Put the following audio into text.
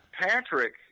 Patrick